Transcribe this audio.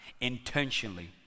Intentionally